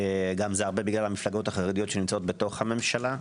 גם הרבה בגלל המפלגות החרדיות שנמצאות בתוך הממשלה.